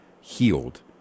healed